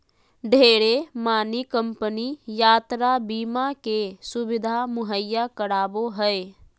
ढेरे मानी कम्पनी यात्रा बीमा के सुविधा मुहैया करावो हय